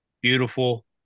beautiful